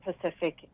Pacific